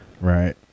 Right